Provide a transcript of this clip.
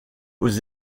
aux